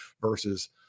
versus